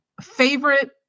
favorite